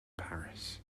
paris